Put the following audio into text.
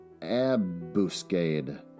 abuscade